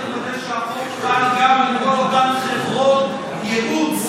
צריך לוודא שהחוק חל גם על כל אותן חברות הייעוץ,